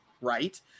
right